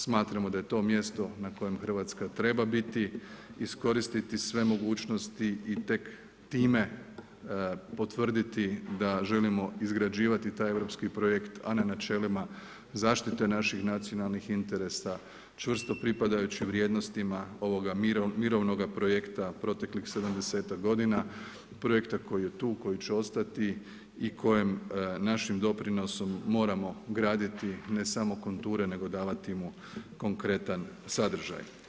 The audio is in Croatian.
Smatramo da je to mjesto na kojem Hrvatska treba biti, iskoristiti sve mogućnosti i tek time potvrditi da želimo izgrađivati taj europski projekt a na načelima zaštite naših nacionalnih interesa, čvrsto pripadajućim vrijednostima ovoga mirovnoga projekta proteklih sedamdesetak godina, projekta koji je tu, koji će ostati i kojem našim doprinosom moramo graditi ne samo konture, nego davati mu konkretan sadržaj.